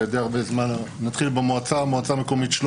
שלומי זה מועצה מקומית.